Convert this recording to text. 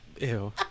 Ew